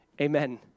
amen